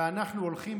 ושאנחנו הולכים,